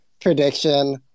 prediction